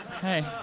hey